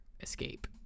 escape